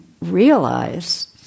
realize